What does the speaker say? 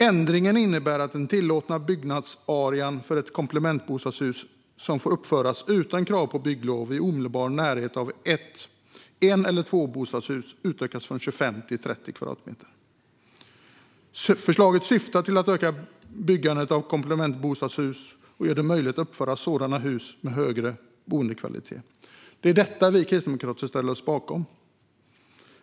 Ändringen innebär att den tillåtna byggnadsarean för ett komplementbostadshus som får uppföras utan krav på bygglov i omedelbar närhet av ett en eller tvåbostadshus utökas från 25 till 30 kvadratmeter. Förslaget syftar till att öka byggandet av komplementbostadshus och göra det möjligt att uppföra sådana hus med en högre boendekvalitet. Detta ställer vi kristdemokrater oss bakom.